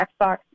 Xbox